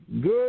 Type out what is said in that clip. Good